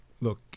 look